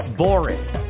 boring